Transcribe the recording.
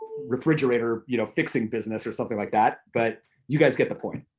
refrigerator you know fixing business or something like that, but you guys get the point.